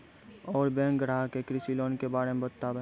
और बैंक ग्राहक के कृषि लोन के बारे मे बातेबे?